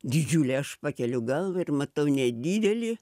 didžiuliai aš pakeliu galvą ir matau nedidelį